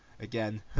again